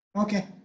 Okay